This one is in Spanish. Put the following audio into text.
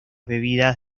bebidas